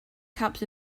cups